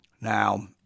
Now